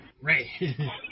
Ray